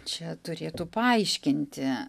čia turėtų paaiškinti